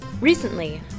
Recently